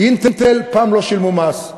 "אינטל" פעם לא שילמו מס,